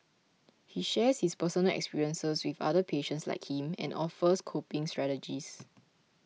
he shares his personal experiences with other patients like him and offers coping strategies